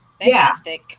Fantastic